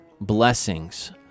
blessings